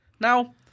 Now